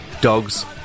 dogs